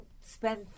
spend